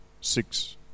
six